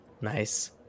Nice